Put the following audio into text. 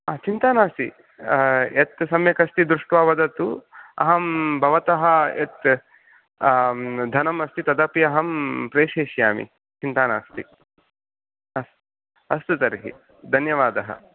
हा चिन्ता नास्ति यत् सम्यक् अस्ति दृष्ट्वा वदतु अहं भवतः धनमस्ति तदपि अहं प्रेषयिष्यामि चिन्ता नास्ति अस्तु तर्हि धन्यवादः